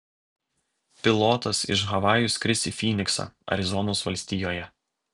pilotas iš havajų skris į fyniksą arizonos valstijoje